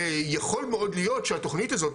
ויכול מאוד להיות שהתוכנית הזאת,